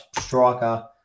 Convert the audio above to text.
striker